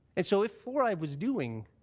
and so if fluoride was doing